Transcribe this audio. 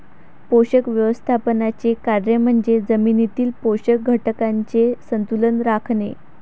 पोषक व्यवस्थापनाचे कार्य म्हणजे जमिनीतील पोषक घटकांचे संतुलन राखणे